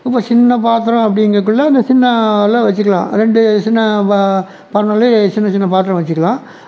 இப்போ சின்ன பாத்தரம் அப்படிங்கக்குள்ளே அந்த சின்னதில் வச்சுக்கலாம் ரெண்டு சின்ன ப பர்னர்லையே சின்ன சின்ன பாத்திரம் வச்சுக்குலாம்